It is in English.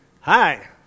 Hi